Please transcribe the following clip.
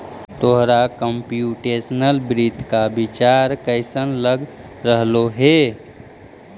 तोहरा कंप्युटेशनल वित्त का विचार कइसन लग रहलो हे